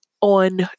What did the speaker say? on